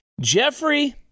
jeffrey